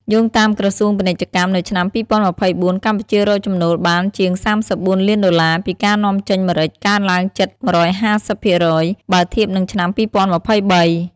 យោងតាមក្រសួងពាណិជ្ជកម្ម នៅឆ្នាំ ២០២៤ កម្ពុជារកចំណូលបានជាង ៣៤ លានដុល្លារ ពីការនាំចេញម្រេច កើនឡើងជិត ១៥០% បើធៀបនឹងឆ្នាំ ២០២៣។